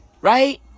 Right